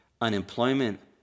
unemployment